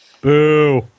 Boo